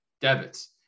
debits